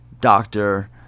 doctor